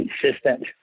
consistent